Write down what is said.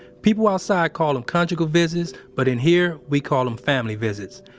people outside call them conjugal visits, but in here, we call them family visits.